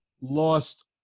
Lost